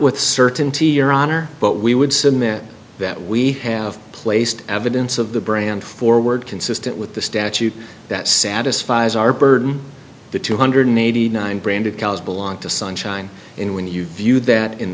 with certainty your honor but we would submit that we have placed evidence of the brand forward consistent with the statute that satisfies our burden the two hundred eighty nine brand of cows belong to sunshine in when you view that in